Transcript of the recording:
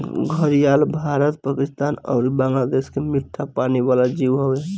घड़ियाल भारत, पाकिस्तान अउरी बांग्लादेश के मीठा पानी वाला जीव हवे